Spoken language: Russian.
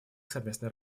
совместной